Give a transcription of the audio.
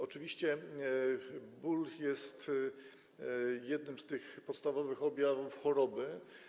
Oczywiście ból jest jednym z tych podstawowych objawów choroby.